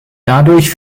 dadurch